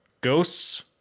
Ghosts